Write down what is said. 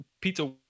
pizza